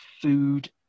food